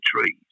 trees